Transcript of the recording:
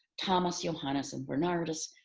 thomas, johannes, and bernardus,